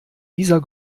dieser